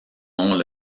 nom